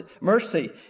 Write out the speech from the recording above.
mercy